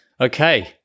Okay